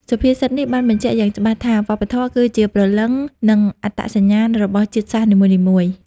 សុភាសិតនេះបានបញ្ជាក់យ៉ាងច្បាស់ថា វប្បធម៌គឺជាព្រលឹង និងអត្តសញ្ញាណ របស់ជាតិសាសន៍នីមួយៗ។